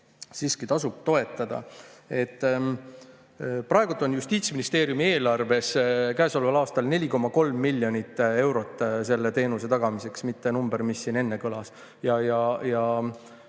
siiski tasub toetada. Praegu on Justiitsministeeriumi eelarves käesoleval aastal 4,3 miljonit eurot selle teenuse tagamiseks, mitte see number, mis siin enne kõlas.